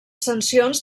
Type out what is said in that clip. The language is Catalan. sancions